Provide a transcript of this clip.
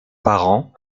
parent